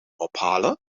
ophalen